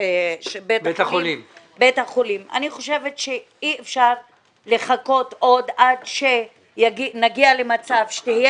אני חושבת שאי אפשר לחכות עוד עד שנגיע למצב שתהיה